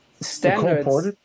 standards